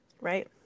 Right